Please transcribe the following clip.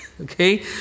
Okay